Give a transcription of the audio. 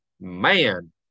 man